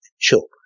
Children